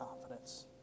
confidence